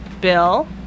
Bill